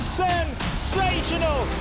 sensational